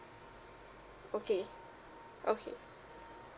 okay okay